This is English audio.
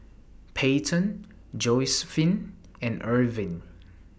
Peyton Josiephine and Erving